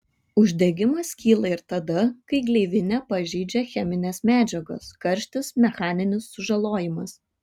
uždegimas kyla ir tada kai gleivinę pažeidžia cheminės medžiagos karštis mechaninis sužalojimas